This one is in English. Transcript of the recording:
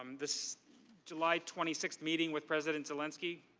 um this july twenty six meeting with president zelensky.